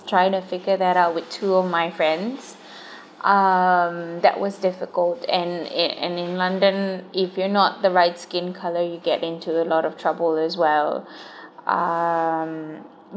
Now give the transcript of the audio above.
trying to figure that out with two of my friends um that was difficult and in and in london if you're not the right skin colour you get into a lot of trouble as well um